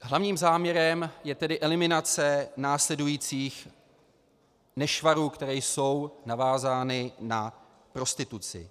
Hlavním záměrem je tedy eliminace následujících nešvarů, které jsou navázány na prostituci.